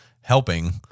helping